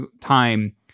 time